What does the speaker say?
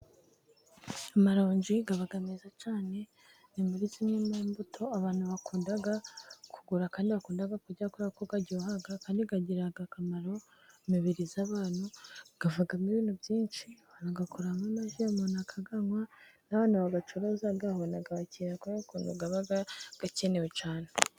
Amaronji aba meza cyane, ni muri zimwe mu mbuto abantu bakunda kugura kandi bakunda kurya, kubera ko aryoha kandi agirira akamaro imibiri y'abantu, avamo ibintu byinshi bayakoramo amaji umuntu akayanwa, n'abantu bayacuruza babona abakiriya kubera ukuntu aba akenewe cyane.